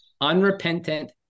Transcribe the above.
unrepentant